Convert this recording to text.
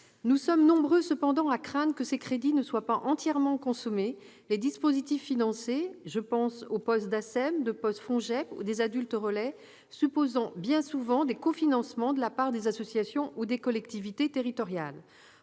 Nous sommes nombreux à craindre que ces crédits ne soient pas entièrement consommés, les dispositifs financés- je pense à des postes d'ATSEM, à des postes FONJEP ou à des postes d'adultes-relais -supposant bien souvent des cofinancements de la part des associations ou des collectivités territoriales.